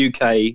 uk